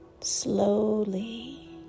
slowly